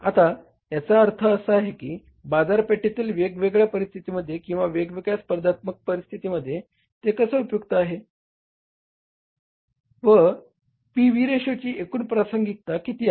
आता याचा काय अर्थ आहे बाजारपेठेतील वेगवेगळ्या परिस्थितींमध्ये किंवा वेगवेगळ्या स्पर्धात्मक परिस्थितींमध्ये ते कसे उपयुक्त आहे व या पीव्ही रेशोची एकूण प्रासंगिकता किती आहे